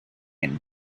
and